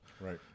Right